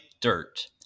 Dirt